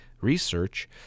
research